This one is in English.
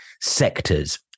sectors